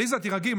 עליזה, תירגעי.